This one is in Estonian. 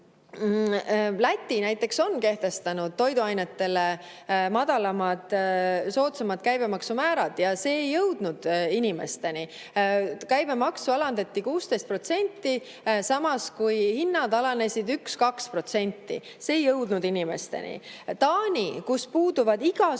Läti on kehtestanud toiduainetele madalamad, soodsamad käibemaksu määrad, aga see ei jõudnud inimesteni. Käibemaksu alandati 16%, samas kui hinnad alanesid 1–2%. See ei jõudnud inimesteni. Taanis, kus puuduvad igasugused